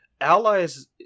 allies